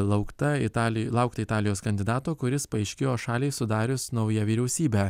laukta italijoj laukti italijos kandidato kuris paaiškėjo šaliai sudarius naują vyriausybę